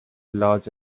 large